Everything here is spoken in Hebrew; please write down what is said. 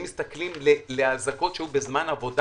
אם מסתכלים על האזעקות שהיו בזמן עבודה